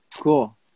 cool